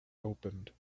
opened